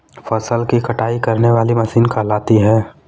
फसल की कटाई करने वाली मशीन कहलाती है?